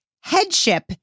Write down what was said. headship